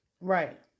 Right